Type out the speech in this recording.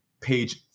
page